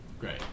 Great